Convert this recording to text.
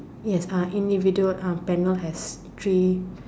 yes ah individual ah panel has three